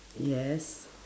yes